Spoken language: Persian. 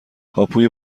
هاپوی